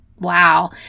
Wow